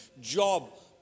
Job